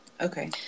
Okay